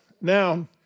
now